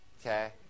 okay